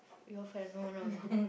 your friend no no no